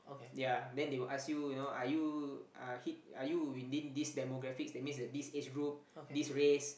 ya then they will ask you you know are you uh hit are you within this demographics that means that this age group this race